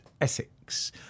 Essex